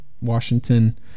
Washington